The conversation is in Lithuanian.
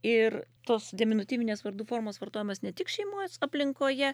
ir tos deminutyvinės vardų formos vartojamos ne tik šeimos aplinkoje